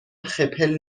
خپل